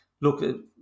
look